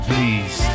Please